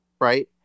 right